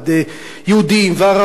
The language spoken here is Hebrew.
יהודים וערבים,